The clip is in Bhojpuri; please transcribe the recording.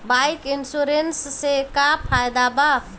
बाइक इन्शुरन्स से का फायदा बा?